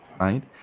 right